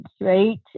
right